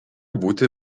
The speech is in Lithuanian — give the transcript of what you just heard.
būti